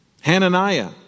Hananiah